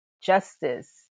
justice